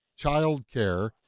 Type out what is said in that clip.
childcare